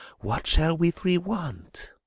what shall we three want?